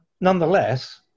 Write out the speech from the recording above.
Nonetheless